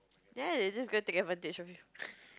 then I had to just go take advantage of you